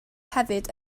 hefyd